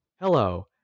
Hello